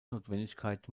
notwendigkeit